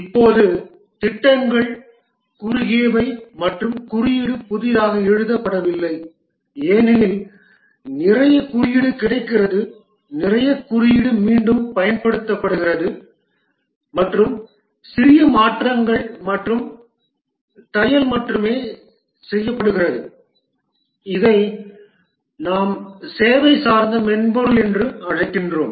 இப்போது திட்டங்கள் குறுகியவை மற்றும் குறியீடு புதிதாக எழுதப்படவில்லை ஏனெனில் நிறைய குறியீடு கிடைக்கிறது நிறைய குறியீடு மீண்டும் பயன்படுத்தப்படுகிறது மற்றும் சிறிய மாற்றங்கள் மற்றும் தையல் மட்டுமே செய்யப்படுகிறது இதை நாம் சேவை சார்ந்த மென்பொருள் என்று அழைத்தோம்